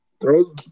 Throws